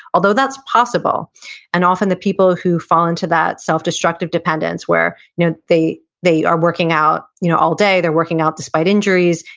although that's possible and often, the people who fall into that self-destructive dependence, where you know they they are working out you know all day, they're working out despite injuries,